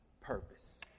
purpose